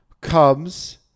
Cubs